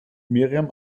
miriam